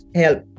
help